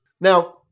Now